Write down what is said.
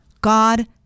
God